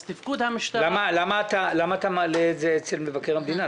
אז תפקוד המשטרה --- למה אתה מעלה את זה אצל מבקר המדינה,